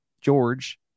George